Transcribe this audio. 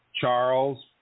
Charles